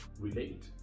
relate